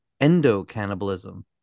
endo-cannibalism